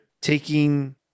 taking